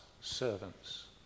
servants